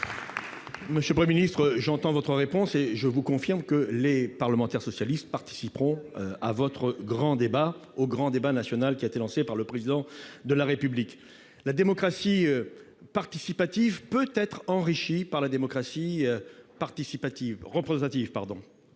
Monsieur le Premier ministre, j'entends votre réponse et je vous confirme que les parlementaires socialistes participeront au grand débat national qui a été lancé par le Président de la République. La démocratie participative peut enrichir la démocratie représentative,